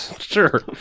Sure